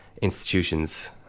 institutions